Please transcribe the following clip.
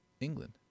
England